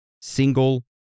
single